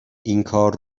اینکار